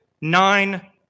nine